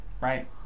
right